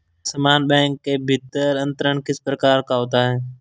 समान बैंक के भीतर अंतरण किस प्रकार का होता है?